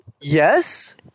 Yes